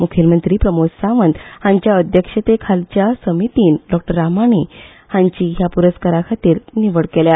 मुखेलमंत्री प्रमोद सावंत हांच्या अध्यक्षते खालच्या समितीन डॉ रामाणी हांची ह्या पुरस्कारा खातीर निवड केल्या